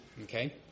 Okay